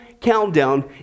countdown